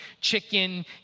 Chicken